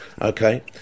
Okay